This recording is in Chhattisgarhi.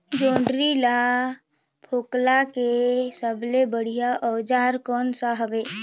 जोंदरी ला फोकला के सबले बढ़िया औजार कोन सा हवे?